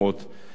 ועדיין,